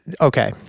okay